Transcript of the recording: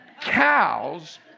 Cows